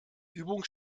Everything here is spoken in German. übung